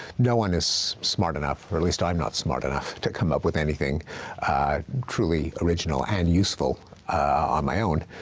no one is smart enough, or at least i'm not smart enough, to come up with anything truly original and useful on my own.